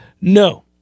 No